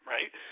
Right